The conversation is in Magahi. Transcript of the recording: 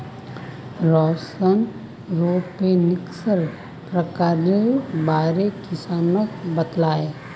रौशन एरोपोनिक्सेर प्रकारेर बारे किसानक बताले